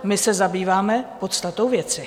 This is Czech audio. My se zabýváme podstatou věci.